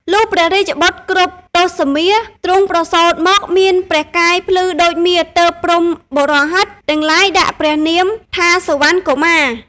លុះព្រះរាជបុត្រគ្រប់ទសមាស ទ្រង់ប្រសូតមកមានព្រះកាយភ្លឺដូចមាសទើបព្រហ្មណ៍បុរោហិតទាំងឡាយដាក់ព្រះនាមថាសុវណ្ណកុមារ។